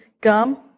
gum